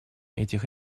этих